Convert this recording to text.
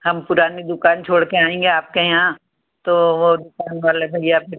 हम पुरानी दुकान छोड़ कर आएंगे आपके यहाँ तो वो दुकान वाले भैया फिर